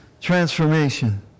transformation